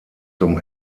zum